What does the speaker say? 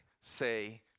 say